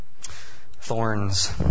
Thorns